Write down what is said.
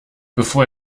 bevor